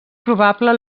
probable